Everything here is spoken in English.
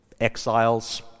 exiles